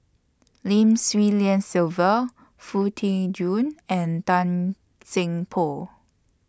Lim Swee Lian Sylvia Foo Tee Jun and Tan Seng Poh